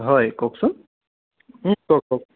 হয় কওকচোন কওক কওক